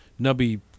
nubby